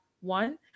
one